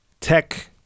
tech